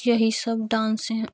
यही सब डांस हैं